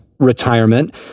retirement